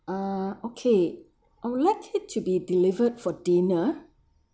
uh okay I would like it to be delivered for dinner